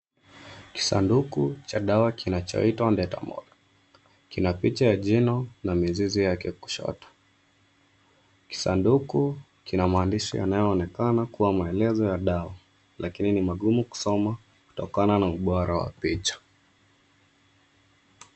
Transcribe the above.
Kisanduku cha dawa kinachoitwa Dentamol, kina picha ya jino na mizizi yake kushoto. Kisanduku kina maandishi yanaonekana kuwa maelezo ya dawa lakini ni magumu kusoma kutokana na ubora wa picha.